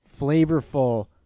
flavorful